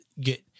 get